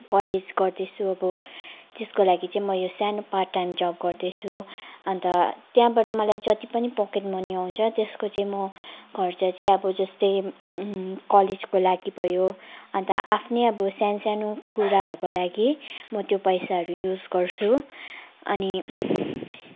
college गर्दैछु अब त्यसको लागि चाहिँ म यो सानो पार्ट टाइम जब गर्दैछु अन्त त्यहाँबाट मलाई जति पनि पकेट मनी आउँछ त्यसको चाहिँ म खर्च चाहिँ अब जस्तै कलेजको लागि भयो अन्त आफ्नै अब सानो सानो कुराहरूको लागि म त्यो पैसाहरू युज गर्छु अनि